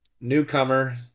Newcomer